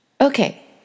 Okay